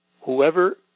Whoever